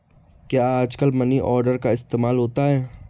क्या आजकल money order का इस्तेमाल होता है?